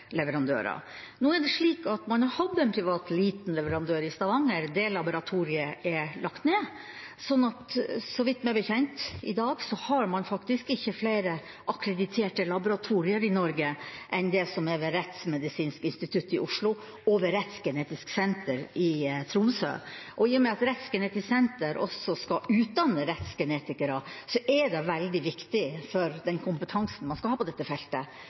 leverandører. Man hadde en privat, liten leverandør i Stavanger. Det laboratoriet er lagt ned, og meg bekjent i dag har man ikke flere akkrediterte laboratorier i Norge enn det som er ved Rettsmedisinsk institutt i Oslo og ved Rettsgenetisk senter i Tromsø. I og med at Rettsgenetisk senter også skal utdanne rettsgenetikere, er det veldig viktig for den kompetansen man skal ha på dette feltet,